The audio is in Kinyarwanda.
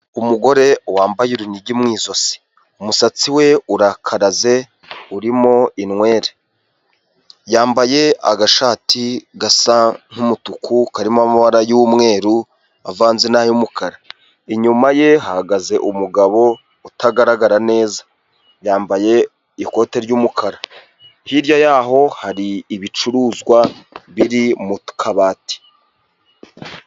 Umugore wambaye urunigi mu ijosi umusatsi we urakaraze urimo inwere, yambaye agashati gasa nk'umutuku karimo amabara y'umweru avanze n'ay'umukara, inyuma ye hahagaze umugabo utagaragara neza yambaye ikote ry'umukara, hirya yaho hari ibicuruzwa biri mu kabati.